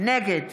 נגד